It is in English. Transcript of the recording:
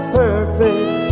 perfect